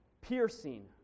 piercing